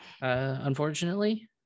unfortunately